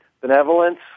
benevolence